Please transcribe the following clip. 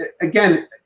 again